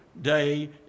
day